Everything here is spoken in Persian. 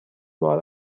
بار